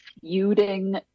feuding